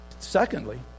Secondly